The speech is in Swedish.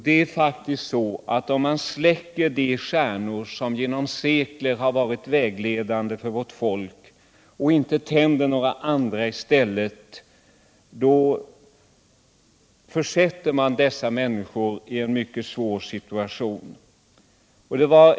Det är faktiskt så att om man släcker de stjärnor som i sekler varit vägledande för vårt folk och inte tänder några andra i stället, så försätter man dessa människor i en mycket svår situation.